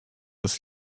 dass